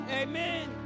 Amen